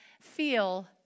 feel